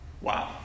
Wow